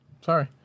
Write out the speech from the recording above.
Sorry